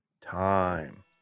time